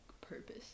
purpose